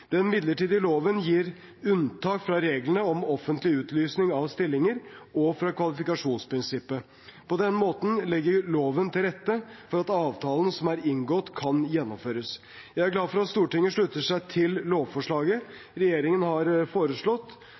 Den midlertidige loven gir unntak fra reglene om offentlig utlysning av stillinger og fra kvalifikasjonsprinsippet. På denne måten legger loven til rette for at avtalen som er inngått, kan gjennomføres. Jeg er glad for at Stortinget slutter seg til lovforslaget regjeringen har